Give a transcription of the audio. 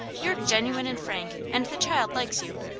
you're genuine and frank, and the child likes you.